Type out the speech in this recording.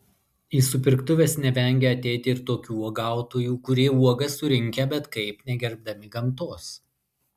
į supirktuves nevengia ateiti ir tokių uogautojų kurie uogas surinkę bet kaip negerbdami gamtos